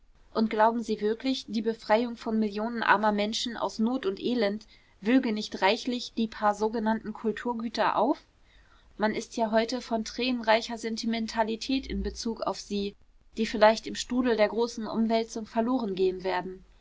und glauben sie wirklich die befreiung von millionen armer menschen aus not und elend wöge nicht reichlich die paar sogenannten kulturgüter auf man ist ja heute von tränenreicher sentimentalität in bezug auf sie die vielleicht im strudel der großen umwälzung verloren gehen werden